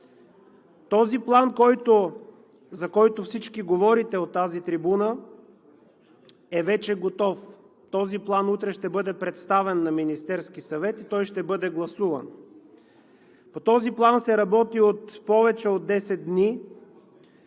Този план, за който всички говорите от тази трибуна, е вече готов. Този план утре ще бъде представен на Министерския съвет и ще бъде гласуван. По този план се работи от повече от 10 дни.